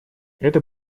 это